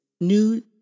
New